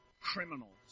criminals